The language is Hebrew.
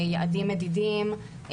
יעדים מדידים,